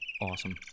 awesome